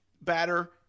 batter